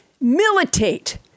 militate